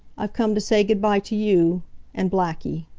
i've come to say good-by to you and blackie.